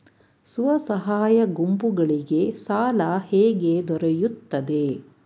ಸ್ವಸಹಾಯ ಗುಂಪುಗಳಿಗೆ ಸಾಲ ಹೇಗೆ ದೊರೆಯುತ್ತದೆ?